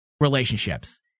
relationships